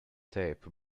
tape